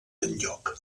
enlloc